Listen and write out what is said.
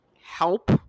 help